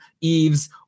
Eves